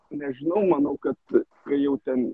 nežinau manau kad kai jau ten